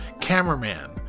Cameraman